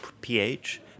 pH